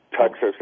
Texas